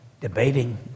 debating